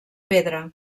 pedra